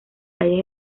calles